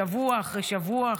שבוע אחרי שבוע,